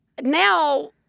now